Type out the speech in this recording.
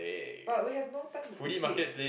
but we have no time to cook it